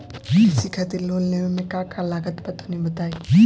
कृषि खातिर लोन लेवे मे का का लागत बा तनि बताईं?